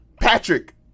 Patrick